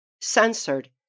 censored